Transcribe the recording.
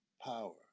power